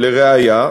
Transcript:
לראיה,